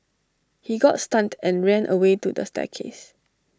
he got stunned and ran away to the staircase